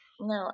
No